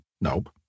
Nope